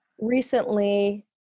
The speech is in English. recently